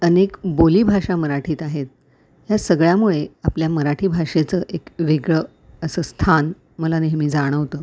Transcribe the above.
अनेक बोलीभाषा मराठीत आहेत ह्या सगळ्यामुळे आपल्या मराठी भाषेचं एक वेगळं असं स्थान मला नेहमी जाणवतं